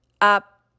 up